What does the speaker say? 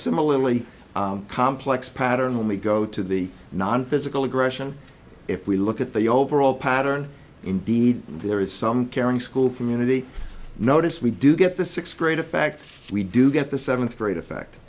similarly complex pattern when we go to the non physical aggression if we look at the overall pattern indeed there is some caring school community notice we do get the sixth grade a fact we do get the seventh